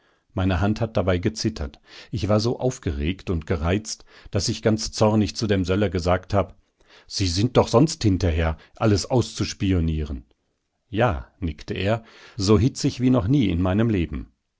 meine hand hat dabei gezittert ich war so aufgeregt und gereizt daß ich ganz zornig zu dem söller gesagt hab sie sind doch sonst hinterher alles auszuspionieren ja nickte er so hitzig wie noch nie in meinem leben